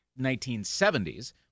1970s